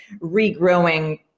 regrowing